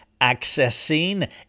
accessing